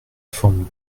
forme